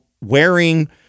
wearing